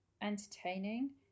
entertaining